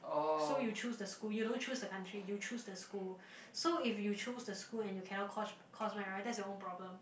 so you choose the school you don't choose the country you choose the school so if you choose the school and you cannot course course match right that's your own problem